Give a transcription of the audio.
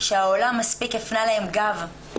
שהעולם מספיק הפנה להם גב.